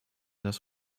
das